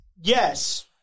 yes